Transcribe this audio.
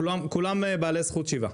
כולם בעלי זכות שיבה.